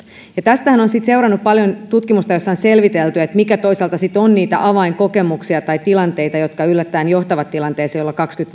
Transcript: tästähän on sitten seurannut paljon tutkimusta jossa on selvitelty mitkä toisaalta ovat niitä avainkokemuksia tai tilanteita jotka yllättäen johtavat tilanteeseen jolloin